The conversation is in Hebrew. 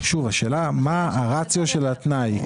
השאלה מה הרציו של התנאי.